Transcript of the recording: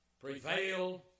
prevail